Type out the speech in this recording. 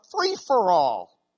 free-for-all